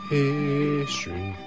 history